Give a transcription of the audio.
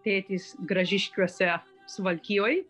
tėtis gražiškiuose suvalkijoj